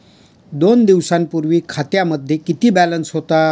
दोन दिवसांपूर्वी खात्यामध्ये किती बॅलन्स होता?